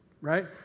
right